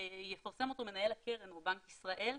שיפרסם אותו מנהל הקרן או בנק ישראל,